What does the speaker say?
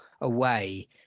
away